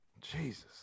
Jesus